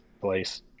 place